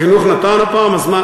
החינוך נתן, אתה אומר?